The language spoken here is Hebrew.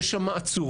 יש שם עצורים.